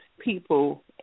people